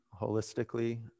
holistically